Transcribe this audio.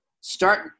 start